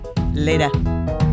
Later